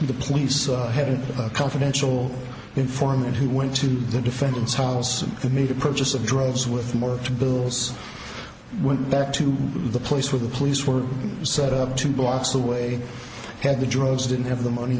the police having a confidential informant who went to the defendant's halls and made a purchase of droves with more bills went back to the place where the police were set up two blocks away had the drugs didn't have the money